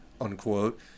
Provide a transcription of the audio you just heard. unquote